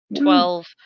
Twelve